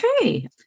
Okay